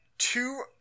two